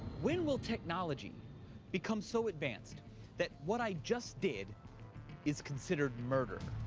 when will technology become so advanced that what i just did is considered murder?